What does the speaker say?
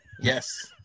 yes